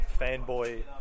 fanboy